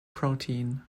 protein